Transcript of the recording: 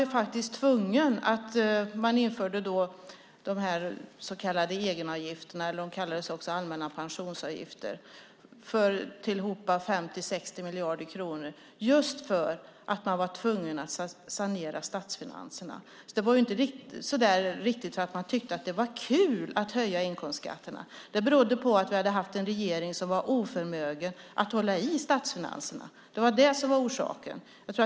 Då var man tvungen att införa egenavgifterna, som också kallades för allmänna pensionsavgifter, för tillsammans 50-60 miljarder kronor. Detta gjordes för att kunna sanera statsfinanserna. Det gjordes inte därför att man tyckte att det var kul att höja inkomstskatterna. Det berodde på att vi hade haft en regering som var oförmögen att hålla i statsfinanserna. Det var det som var orsaken.